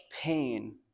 pain